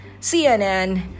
CNN